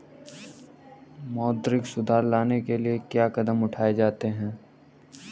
मौद्रिक सुधार लाने के लिए क्या कदम उठाए जाते हैं